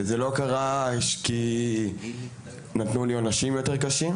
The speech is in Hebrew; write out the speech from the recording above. וזה לא קרה כי נתנו לי עונשים יותר קשים,